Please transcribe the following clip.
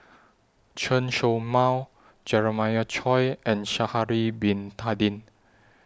Chen Show Mao Jeremiah Choy and Sha'Ari Bin Tadin